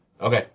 Okay